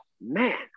man